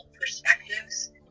perspectives